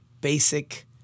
basic